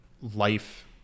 life